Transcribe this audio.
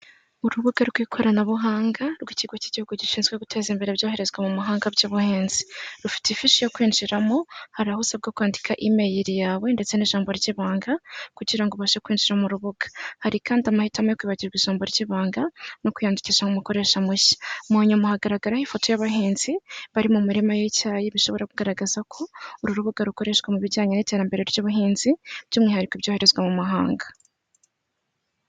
Urubuga rw'ikoranabuhanga rw'ikigo cy'igihugu gishinzwe guteza imbere ibyoherezwa mu mahanga by'ubuhinzi, rufite ifishi yo kwinjiramo hari aho usabwa kwandika imeri yawe ndetse n'ijambo ry'ibanga kugirango ubashe kwinjira mu rubuga, hari kandi amahitamo yo kwibagirwa ijambo ry'ibanga no kwiyandikisha nk'umukoresha mushya, munyuma hagaragaraho ifoto y'abahinzi bari mu mirima y'icyayi bishobora kugaragaza ko uru rubuga rukoreshwa mu bijyanye n'iterambere ry'ubuhinzi by'umwihariko ibyoherezwa mu mahanga.